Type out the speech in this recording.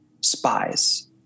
spies